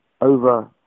over